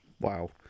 Wow